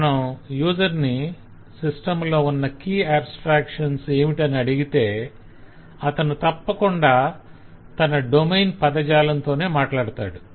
మనం యూసర్ ని నీ సిస్టం లో ఉన్న కీ ఆబస్ట్రాక్షన్స్ ఏమిటని అడిగితే అతను తప్పకుండా తన డొమైన్ పదజాలంతోనే మాట్లాడతాడు